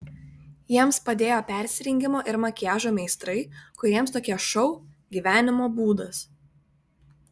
jiems padėjo persirengimo ir makiažo meistrai kuriems tokie šou gyvenimo būdas